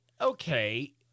okay